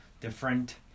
different